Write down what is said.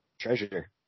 Treasure